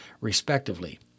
respectively